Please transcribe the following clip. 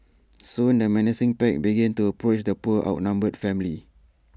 soon the menacing pack began to approach the poor outnumbered family